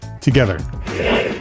together